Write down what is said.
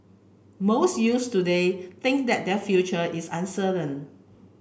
most youths today think that their future is uncertain